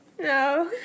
No